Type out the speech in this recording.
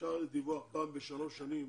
אפשר דיווח פעם בשלוש שנים,